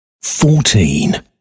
fourteen